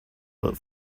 but